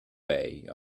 bay